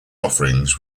offerings